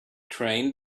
train